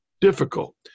difficult